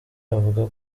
avuga